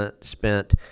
spent